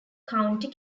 county